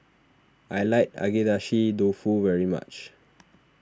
I like Agedashi Dofu very much